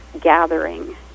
gathering